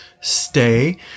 stay